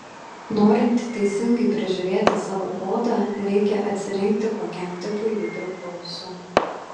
norint teisingai prižiūrėti savo odą reikia atsirinkti kokiam tipui ji priklauso